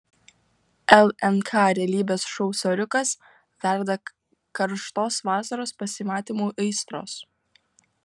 lnk realybės šou soriukas verda karštos vasaros pasimatymų aistros